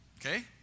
Okay